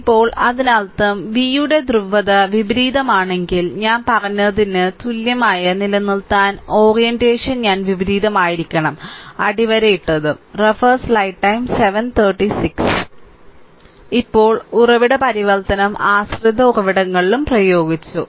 ഇപ്പോൾ അതിനർത്ഥം v യുടെ ധ്രുവത വിപരീതമാണെങ്കിൽ ഞാൻ പറഞ്ഞതിന് തുല്യമായി നിലനിർത്താൻ ഓറിയന്റേഷൻ ഞാൻ വിപരീതമായിരിക്കണം അടിവരയിട്ടതും ഇപ്പോൾ ഉറവിട പരിവർത്തനം ആശ്രിത ഉറവിടങ്ങളിലും പ്രയോഗിച്ചു